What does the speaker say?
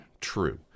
true